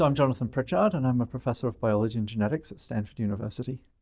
um jonathan pritchard, and i'm a professor of biology and genetics at stanford university.